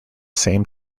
same